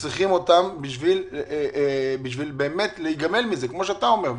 צריכים אותן בשביל להיגמל מזה כמו שאתה אומר.